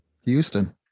Houston